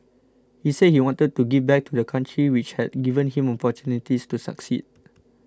he said he wanted to give back to the country which had given him opportunities to succeed